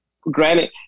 Granted